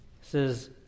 says